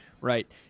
right